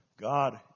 God